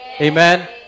Amen